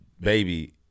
baby